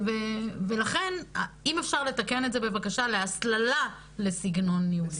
ולכן אם אפשר לתקן את זה בבקשה להסללה לסגנון ניהולי.